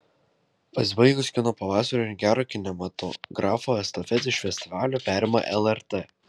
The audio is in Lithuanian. pasibaigus kino pavasariui gero kinematografo estafetę iš festivalio perima lrt